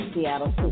Seattle